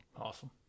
Awesome